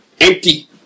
Empty